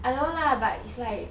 I don't know lah but it's like